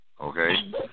Okay